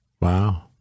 Wow